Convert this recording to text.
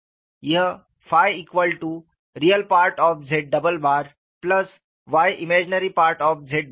यह Re Z y Im Z है